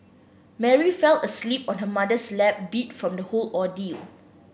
Mary fell asleep on her mother's lap beat from the whole ordeal